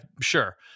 sure